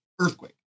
earthquake